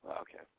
Okay